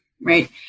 Right